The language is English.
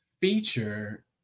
feature